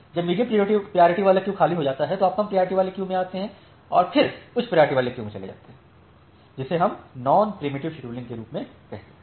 जब medium priority queue खाली हो जाती है तो आप कम प्रायोरिटी वाली क्यू में आते हैं और फिर उच्च प्रायोरिटी वाली क्यू में जाते हैं जिसे हम नॉन प्रिएम्पटीव शेड्यूलिंग के रूप में कहते हैं